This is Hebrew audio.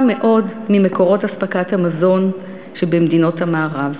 מאוד ממקורות אספקת המזון שבמדינות המערב.